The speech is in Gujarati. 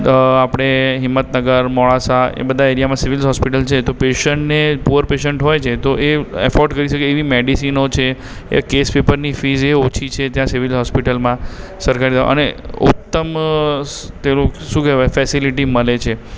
અ આપણે હિમ્મતનગર મોડાસા એ બધા એરિયામાં સિવિલ હૉસ્પિટલ છે તો પેશન્ટને પૂઅર પેશન્ટ હોય છે તો એ એફોર્ડ કરી શકે એવી મૅડિસિન છે કેસ પેપરની ફીસ એ ઓછી છે ત્યાં હોસ્પિટલમાં સરકારી દવા અને ઉત્તમ તેઓ શું કહે ફૅસિલિટી મળે છે